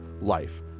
life